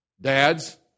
dads